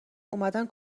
اومدن